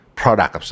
product